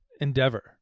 endeavor